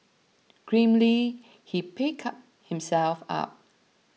grimly he picked himself up